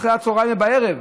אחרי הצוהריים ובערב.